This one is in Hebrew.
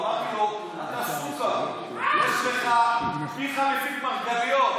אמרתי לו: אתה סוכר, פיך מפיק מרגליות.